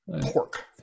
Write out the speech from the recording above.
Pork